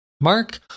Mark